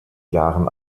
jahren